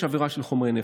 יש עבירה של חומרי נפץ,